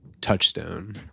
touchstone